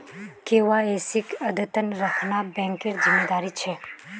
केवाईसीक अद्यतन रखना बैंकेर जिम्मेदारी छे